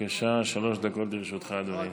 בבקשה, שלוש דקות לרשותך, אדוני.